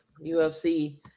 UFC